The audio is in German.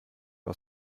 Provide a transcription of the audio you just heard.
aus